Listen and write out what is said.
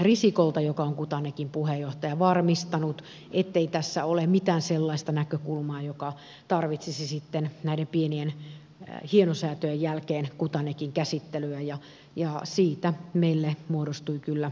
risikolta joka on kuthanekin puheenjohtaja varmistanut ettei tässä ole mitään sellaista näkökulmaa joka tarvitsisi sitten näiden pienien hienosäätöjen jälkeen kuthanekin käsittelyä ja siitä meille muodostui kyllä yhtenäinen käsitys